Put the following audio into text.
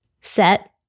set